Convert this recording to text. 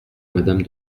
madame